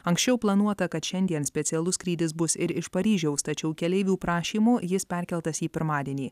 anksčiau planuota kad šiandien specialus skrydis bus ir iš paryžiaus tačiau keleivių prašymu jis perkeltas į pirmadienį